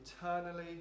eternally